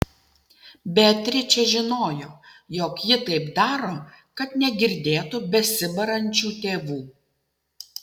beatričė žinojo jog ji taip daro kad negirdėtų besibarančių tėvų